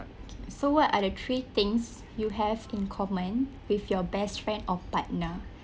so what are the three things you have in common with your best friend or partner